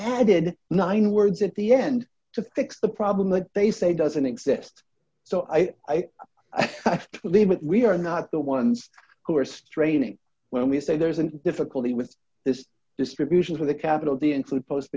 added nine words at the end to fix the problem that they say doesn't exist so i have to leave it we are not the ones who are straining when we say there's a difficulty with this distribution of the capital the include post